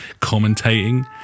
commentating